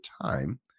time